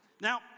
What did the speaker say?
Now